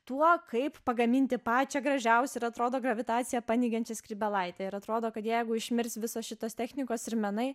tuo kaip pagaminti pačią gražiausią ir atrodo gravitaciją paneigiančią skrybėlaitę ir atrodo kad jeigu išmirs visos šitos technikos ir menai